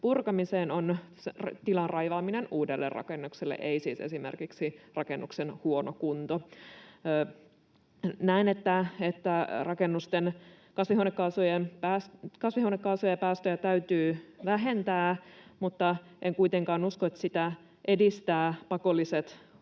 purkamiseen on tilan raivaaminen uudelle rakennukselle, ei siis esimerkiksi rakennuksen huono kunto. Näen, että rakennusten kasvihuonekaasupäästöjä täytyy vähentää, mutta en kuitenkaan usko, että sitä edistävät pakolliset, ulkoa